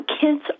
kids